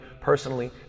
personally